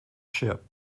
ship